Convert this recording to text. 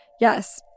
yes